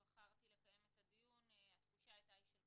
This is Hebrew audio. בחרתי לקיים את הדיון התחושה הייתה של קריסה,